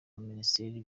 minisiteri